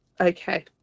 Okay